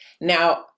Now